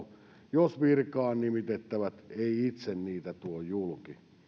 jos virkaan nimitettävät eivät itse niitä tuo julki